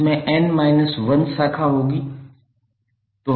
इसमें n 1 शाखा होगी